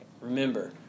Remember